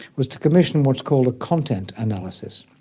was to commission what's called a content analysis,